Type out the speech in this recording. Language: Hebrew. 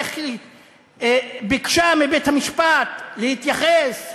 איך היא ביקשה מבית-המשפט להתייחס,